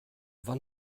wann